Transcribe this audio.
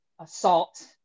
assault